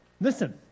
listen